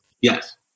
Yes